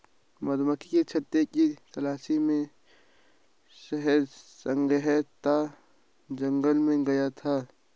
मधुमक्खी के छत्ते की तलाश में शहद संग्रहकर्ता जंगल में गया था